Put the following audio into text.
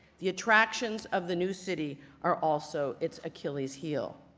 the attractions of the new city are also its achilles heel.